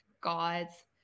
gods